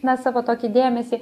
na savo tokį dėmesį